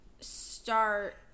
start